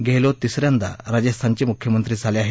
गेहलोत तिसऱ्यांदा राजस्थानचे मुख्यमंत्री झाले आहेत